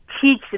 teach